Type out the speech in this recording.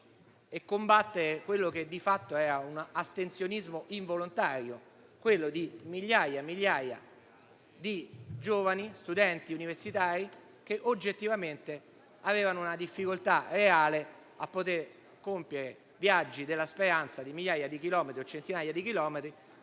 e combattere quello che di fatto era un astensionismo involontario, quello di migliaia e migliaia di giovani studenti universitari che oggettivamente avevano una difficoltà reale a compiere viaggi della speranza di migliaia di chilometri o centinaia di chilometri